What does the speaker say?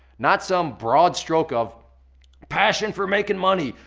not some broad stroke of passion for making money,